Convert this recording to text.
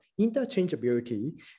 interchangeability